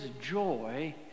joy